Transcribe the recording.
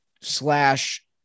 slash